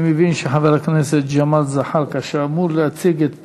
אני מבין שחבר הכנסת ג'מאל זחאלקה, שאמור להציג את